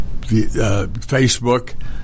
Facebook